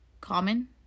common